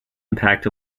impact